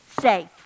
safe